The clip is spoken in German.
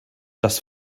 das